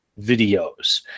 videos